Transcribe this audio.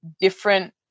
different